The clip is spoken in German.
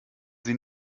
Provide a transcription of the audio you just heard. sie